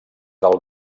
del